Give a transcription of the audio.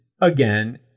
Again